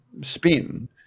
spin